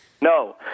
No